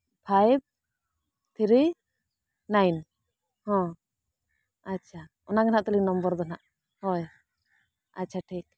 five three nine ᱦᱚᱸ ᱟᱪᱪᱷᱟ ᱚᱱᱟ ᱜᱮ ᱱᱟᱦᱟᱸᱜ ᱛᱟᱹᱞᱤᱝ ᱱᱚᱢᱵᱚᱨ ᱫᱚ ᱦᱟᱸᱜ ᱦᱳᱭ ᱟᱪᱪᱷᱟ ᱴᱷᱤᱠ